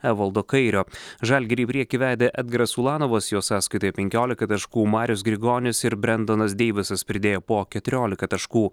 evaldo kairio žalgirį į priekį vedė edgaras ulanovas jo sąskaitoje penkiolika taškų marius grigonis ir brendonas deivisas pridėjo po keturiolika taškų